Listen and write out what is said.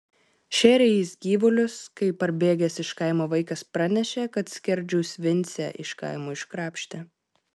šėrė jis gyvulius kai parbėgęs iš kaimo vaikas pranešė kad skerdžiaus vincę iš kaimo iškrapštė